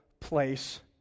Place